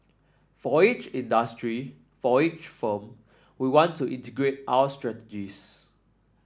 for each industry for each firm we want to integrate our strategies